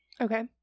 okay